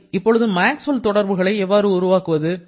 சரி இப்பொழுது மேக்ஸ்வெல் தொடர்புகளை எவ்வாறு உருவாக்குவது